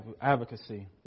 advocacy